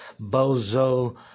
Bozo